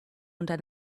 unter